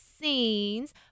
scenes